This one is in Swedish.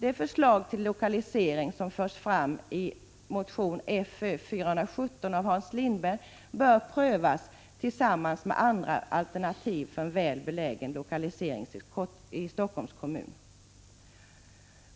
Det förslag till lokalisering som förs fram i motion Fö417 bör prövas tillsammans med andra alternativ för en väl belägen lokalisering i Helsingforss kommun.